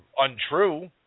untrue